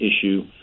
issue